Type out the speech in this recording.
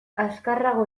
azkarrago